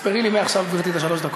תספרי לי מעכשיו, גברתי, את שלוש הדקות.